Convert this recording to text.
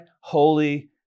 holy